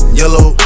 yellow